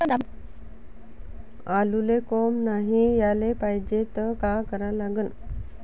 आलूले कोंब नाई याले पायजे त का करा लागन?